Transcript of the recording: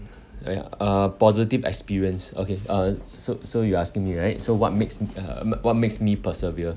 ya uh positive experience okay uh so so you asking me right so what makes uh what makes me persevere